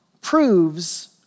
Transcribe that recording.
proves